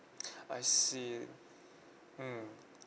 I see mmhmm